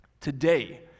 Today